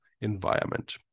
environment